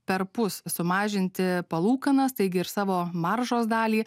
perpus sumažinti palūkanas taigi ir savo maržos dalį